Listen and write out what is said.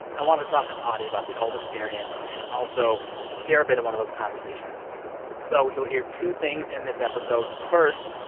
i want to talk with audie about the whole experience and also share a bit of one of those conversations so you'll hear two things in this episode. first,